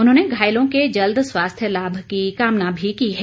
उन्होंने घायलों के जल्द स्वास्थ्य लाभ की कामना भी की है